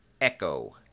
Echo